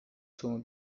sono